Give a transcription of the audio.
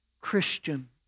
Christian